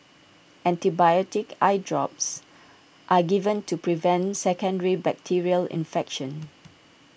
antibiotic eye drops are given to prevent secondary bacterial infection